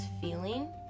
feeling